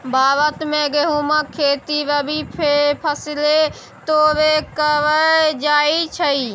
भारत मे गहुमक खेती रबी फसैल तौरे करल जाइ छइ